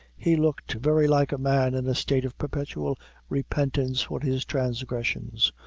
he looked very like a man in a state of perpetual repentance for his transgressions,